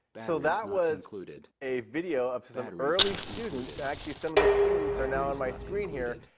so, that was a video of some early students. actually, some of the students are now on my screen here,